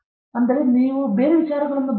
ಹಾಗಾಗಿ ನಾನು ಅದನ್ನು ಬಿಟ್ಟುಬಿಡುತ್ತೇನೆ ನಿನಗೆ ಇದು ಬೇಕಾ